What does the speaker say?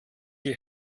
die